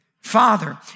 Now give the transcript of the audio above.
Father